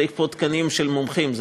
צריך פה תקנים של מומחים,